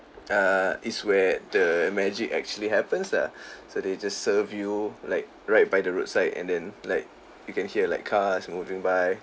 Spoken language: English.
err is where the magic actually happens lah so they just serve you like right by the roadside and then like you can hear like cars moving by